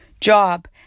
job